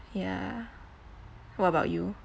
ya what about you